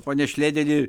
pone šlėderi